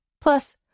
Plus